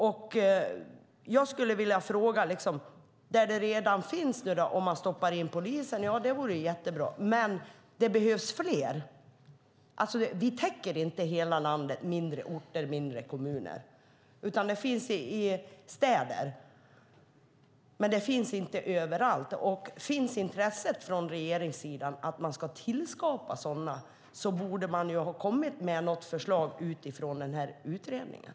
Att man stoppar in poliser där det redan finns medborgarkontor är jättebra, men det behövs fler. Vi täcker inte hela landet, mindre orter, mindre kommuner. Det finns medborgarkontor i städer, men det finns inte överallt. Om det finns intresse från regeringssidan att tillskapa sådana borde man ha kommit med något förslag utifrån utredningen.